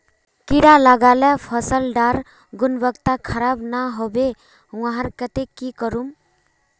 कीड़ा लगाले फसल डार गुणवत्ता खराब ना होबे वहार केते की करूम?